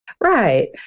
Right